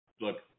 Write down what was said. look